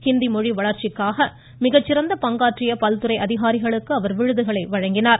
ஹிந்தி மொழி வளர்ச்சிக்காக மிகச்சிறந்த பங்காற்றிய பல்துறை அதிகாரிகளுக்கு விருதுகளை வழங்கினார்